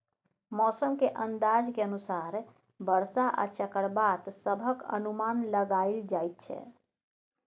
मौसम के अंदाज के अनुसार बरसा आ चक्रवात सभक अनुमान लगाइल जाइ छै